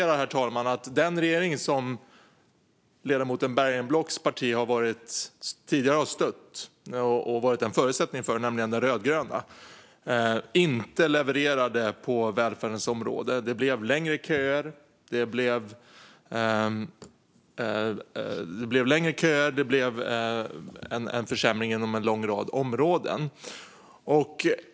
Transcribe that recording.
Jag konstaterar att den regering som ledamoten Bergenblock tidigare har stött och varit en förutsättning för, nämligen den rödgröna, inte levererade på välfärdens område. Det blev längre köer och försämringar inom en lång rad områden.